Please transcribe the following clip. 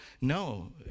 No